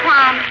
Tom